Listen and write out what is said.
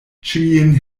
ĉiujn